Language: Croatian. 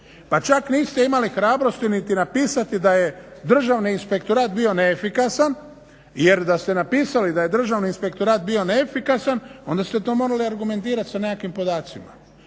Pa čak niste imali hrabrosti niti napisati da je Državni inspektorat bio neefikasan. Jer da ste napisali da je Državni inspektorat bio neefikasan onda ste to morali argumentirati sa nekakvim podacima.